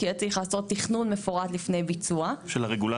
כי יהיה צריך לעשות תכנון מפורט לפני ביצוע וגם